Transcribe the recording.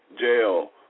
Jail